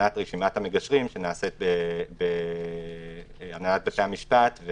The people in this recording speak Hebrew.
הכנת רשימת המגשרים שנעשית בהנהלת בתי המשפט.